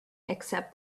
except